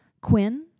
Quinn